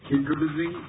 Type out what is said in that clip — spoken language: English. Introducing